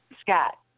Scott